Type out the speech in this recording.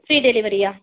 free டெலிவரியா